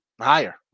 higher